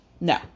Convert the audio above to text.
no